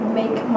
make